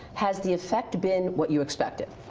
has the effect been what you expected?